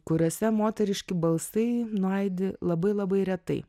kuriuose moteriški balsai nuaidi labai labai retai